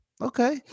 okay